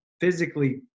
physically